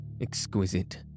exquisite